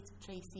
Tracy